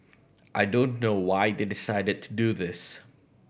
I don't know why they decided to do this